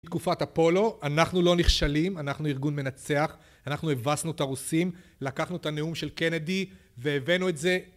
תקופת אפולו, אנחנו לא נכשלים, אנחנו ארגון מנצח, אנחנו הבסנו את הרוסים, לקחנו את הנאום של קנדי והבאנו את זה